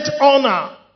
honor